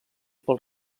pel